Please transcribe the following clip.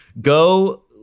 go